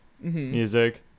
music